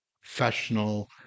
professional